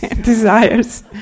desires